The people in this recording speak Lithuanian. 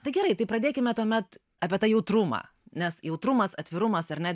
tai gerai tai pradėkime tuomet apie tą jautrumą nes jautrumas atvirumas ar ne